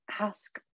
ask